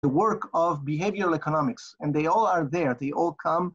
‫העבודה של כלכלה התנהגותית, ‫והם כולם שם, הם כולם...